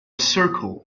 circle